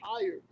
tired